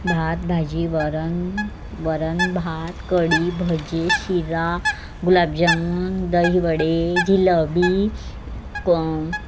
भात भाजी वरण वरण भात कढी भजी शिरा गुलाबजामुन दहीवडे जिलेबी